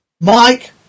Mike